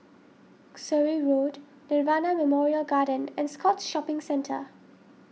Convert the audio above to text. Surrey Road Nirvana Memorial Garden and Scotts Shopping Centre